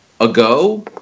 ago